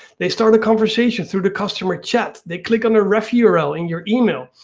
they start a conversation through the customer chat, they click on a ref yeah url in your email.